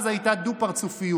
אז הייתה דו-פרצופיות.